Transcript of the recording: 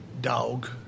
dog